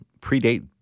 predate